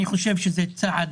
אני חושב שזה צעד